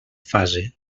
fase